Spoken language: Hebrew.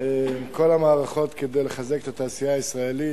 עם כל המערכות כדי לחזק את התעשייה הישראלית.